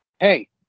Hey